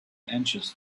anxious